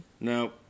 No